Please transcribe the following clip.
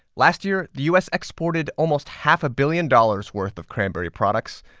last year, the u s. exported almost half a billion dollars' worth of cranberry products,